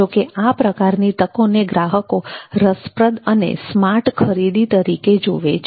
જોકે આ પ્રકારની તકોને ગ્રાહકો રસપ્રદ અને સ્માર્ટ ખરીદી તરીકે જોવે છે